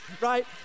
right